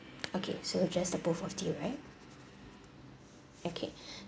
okay so just the both of you right okay